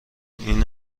این